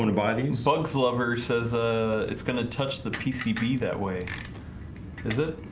gonna buy these bugs. lover says ah, it's gonna touch the pcb that way is it